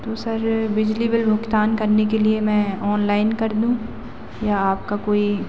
तो सर बिजली बिल भुगतान करने के लिए मैं ऑनलाइन कर दूँ या आपका कोई